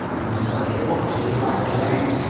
as well he ought to be, by james!